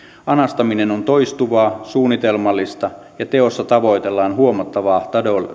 anastaminen on toistuvaa suunnitelmallista ja teossa tavoitellaan huomattavaa